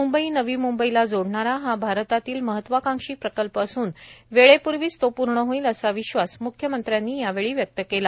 मुंबई नवी मुंबईला जोडणारा हा भारतातील महत्वाकांक्षी प्रकल्प असून वेळेपूर्वीच तो पूर्ण होईल असा विश्वास मुख्यमंत्र्यांनी यावेळी व्यक्त केला